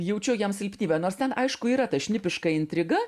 jaučiau jam silpnybę nors ten aišku yra ta šnipiška intriga